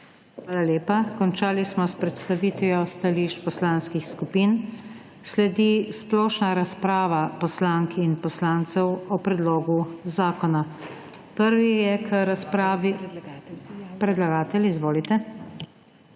Hvala. Končali smo s predstavitvijo stališč poslanskih skupin. Sledi splošna razprava poslank in poslancev o predlogu zakona. Še preden